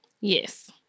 Yes